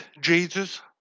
Jesus